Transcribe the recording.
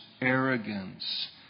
arrogance